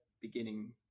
beginning